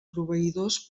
proveïdors